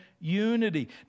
unity